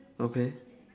okay